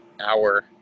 hour